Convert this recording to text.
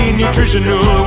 nutritional